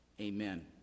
Amen